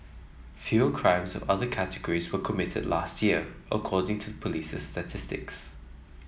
fewer crimes of other categories were committed last year according to the police's statistics